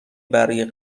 برای